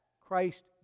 Christ